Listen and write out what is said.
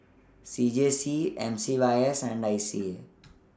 C J C M C Y S and I C A